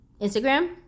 instagram